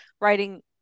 writing